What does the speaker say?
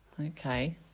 Okay